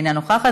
אינה נוכחת,